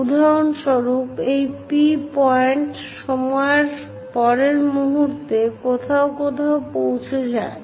উদাহরণস্বরূপ এই P point সময়ের পরের মুহূর্তে কোথাও কোথাও পৌঁছে যায়